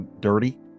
Dirty